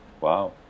Wow